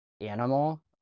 animal